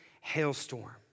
hailstorm